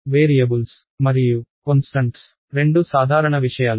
కాబట్టి వేరియబుల్స్ మరియు స్థిరాంకాలు రెండు సాధారణ విషయాలు